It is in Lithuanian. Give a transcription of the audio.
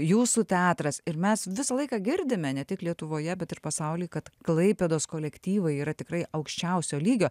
jūsų teatras ir mes visą laiką girdime ne tik lietuvoje bet ir pasauly kad klaipėdos kolektyvai yra tikrai aukščiausio lygio